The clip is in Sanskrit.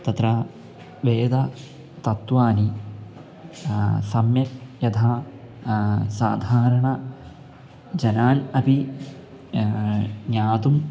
तत्र वेदतत्त्वानि सम्यक् यथा साधारणजनान् अपि ज्ञातुं